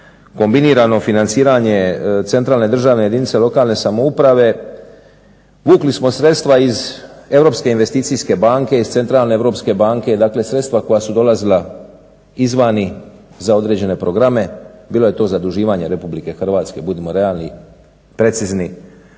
kombinirano financiranje centralne državne jedinice lokalne samouprave, vukli smo sredstva iz Europske investicijske banke, iz Centralne europske banke. Dakle, sredstva koja su dolazila izvani za određene programe. Bilo je to zaduživanje Republike Hrvatske, budimo realni, precizni.